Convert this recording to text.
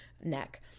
neck